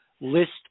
list